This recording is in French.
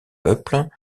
peuples